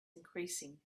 increasing